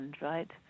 right